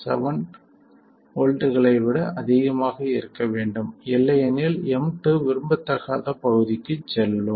7 வோல்ட்களை விட அதிகமாக இருக்க வேண்டும் இல்லையெனில் M2 விரும்பத்தகாத பகுதிக்கு செல்லும்